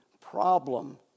problem